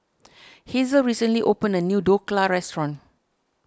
Hazel recently opened a new Dhokla restaurant